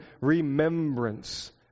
remembrance